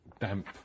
damp